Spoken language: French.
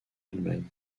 allemagne